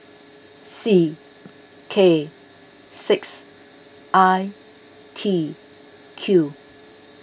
C K six I T Q